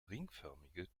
ringförmige